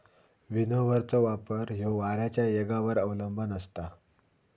विनोव्हरचो वापर ह्यो वाऱ्याच्या येगावर अवलंबान असता